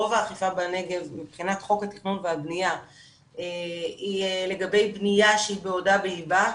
רוב האכיפה בנגב מבחינת חוק התכנון והבניה היא לגבי בניה שבעודה באיבה,